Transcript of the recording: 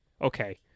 okay